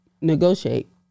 Negotiate